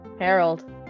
Harold